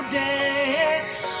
dance